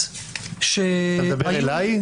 אתה מדבר אליי?